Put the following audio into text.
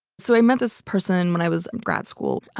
so i met this person when i was in grad school.